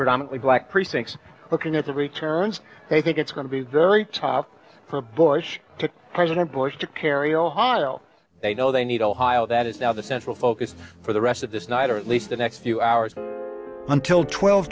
predominately black precincts looking at the returns they think it's going to be very tough for bush to president bush to carry ohio they know they need ohio that is now the central focus for the rest of this night or at least the next few hours until twelve